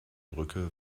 brücke